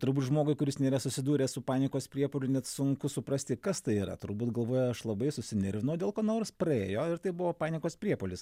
turbūt žmogui kuris nėra susidūręs su panikos priepuoliu net sunku suprasti kas tai yra turbūt galvoja aš labai susinervinau dėl ko nors praėjo ir tai buvo panikos priepuolis